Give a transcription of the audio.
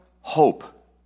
hope